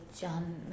John